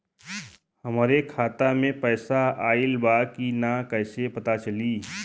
हमरे खाता में पैसा ऑइल बा कि ना कैसे पता चली?